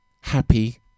happy